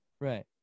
Right